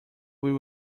will